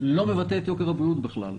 לא מבטא את יוקר הבריאות בכלל.